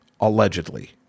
allegedly